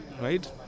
Right